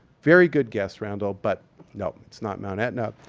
very good guess, randall, but no. it's not mount etna,